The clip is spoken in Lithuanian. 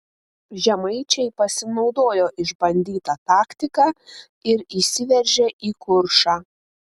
žemaičiai pasinaudojo išbandyta taktika ir įsiveržė į kuršą